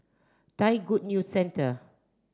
Thai Good News Centre